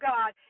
God